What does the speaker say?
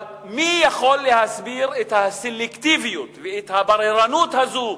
אבל מי יכול להסביר את הסלקטיביות ואת הבררנות הזו